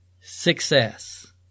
success